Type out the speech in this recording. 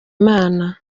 imana